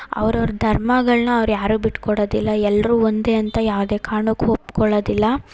ಅವ್ರವ್ರ ಧರ್ಮಗಳನ್ನ ಅವ್ರು ಯಾರೂ ಬಿಟ್ಟು ಕೊಡೋದಿಲ್ಲ ಎಲ್ಲರೊ ಒಂದೇ ಅಂತ ಯಾವುದೇ ಕಾರಣಕ್ಕೂ ಒಪ್ಕೊಳ್ಳೋದಿಲ್ಲ